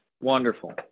Wonderful